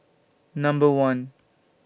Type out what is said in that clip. Number one